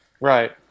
right